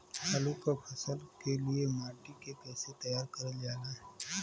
आलू क फसल के लिए माटी के कैसे तैयार करल जाला?